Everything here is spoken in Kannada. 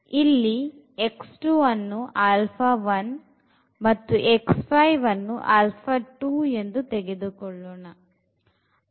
ಇಲ್ಲಿalpha 1 and alpha 2 ತೆಗೆದುಕೊಳ್ಳೋಣ